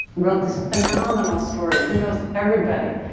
wrote this phenomenal story. he knows everybody.